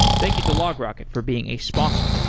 thank you to logrocket for being a sponsor.